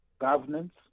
governance